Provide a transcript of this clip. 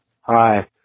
Hi